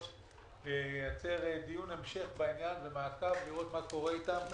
דיון המשך בעניין, לראות מה קורה איתם.